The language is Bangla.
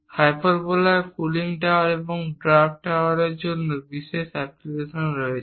হাইপারবোলার কুলিং টাওয়ার এবং ড্রাফ্ট টাওয়ারের জন্য বিশেষ অ্যাপ্লিকেশন রয়েছে